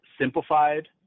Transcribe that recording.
simplified